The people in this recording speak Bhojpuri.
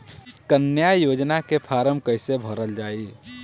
कन्या योजना के फारम् कैसे भरल जाई?